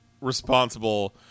responsible